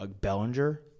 Bellinger